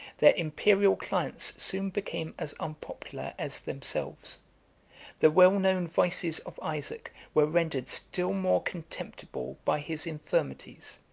their imperial clients soon became as unpopular as themselves the well-known vices of isaac were rendered still more contemptible by his infirmities,